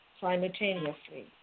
simultaneously